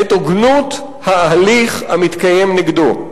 את הוגנות ההליך המתקיים נגדו.